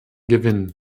gewinn